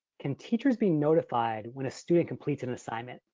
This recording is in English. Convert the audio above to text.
can teachers be notified when a student completes an assignment?